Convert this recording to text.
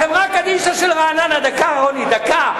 החברה קדישא של רעננה, דקה,